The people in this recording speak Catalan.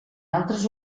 altres